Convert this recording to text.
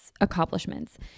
accomplishments